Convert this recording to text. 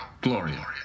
Gloria